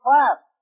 Class